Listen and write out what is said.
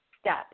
step